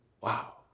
Wow